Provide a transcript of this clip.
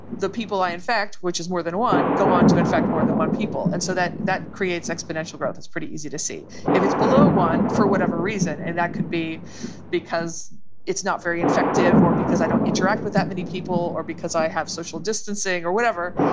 the people i in fact, which is more than one, go on to infect more than one people. and so that that creates exponential growth. it's pretty easy to see if it's below one. for whatever reason. and that could be because it's not very infective or because i don't interact with that many people or because i have social distancing or whatever,